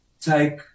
take